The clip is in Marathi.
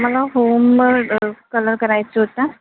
मला होम कलर करायचं होतं